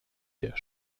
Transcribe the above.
der